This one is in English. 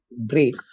break